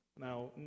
now